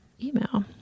email